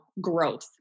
growth